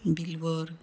बिलवर